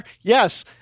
yes